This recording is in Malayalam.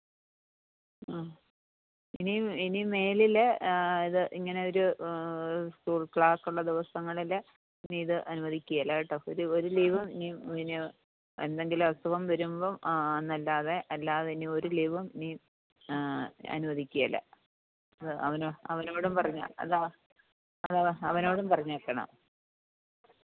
ആ ഇനിയും ഇനിമേലിൽ ഇത് ഇങ്ങനെ ഒരു സ്കൂൾ ക്ലാസ് ഉള്ള ദിവസങ്ങളിൽ ഇനി ഇത് അനുവദിക്കേല കേട്ടോ ഇനി ഒരു ലീവും ഇനി എന്തെങ്കിലും അസുഖം വരുമ്പോൾ അ അന്നല്ലാതെ അല്ലാതെ ഇനി ഒരു ലീവും ഇനി അനുവദിക്കേല അത് അവനോ അവനോടും പറഞ്ഞേക്ക് അത് അവനോടും പറഞ്ഞേക്കണം